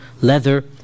leather